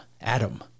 Adam